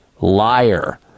liar